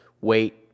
wait